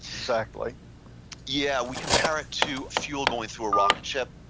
exactly yeah. we compare it to fuel going through a rocket ship.